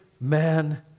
man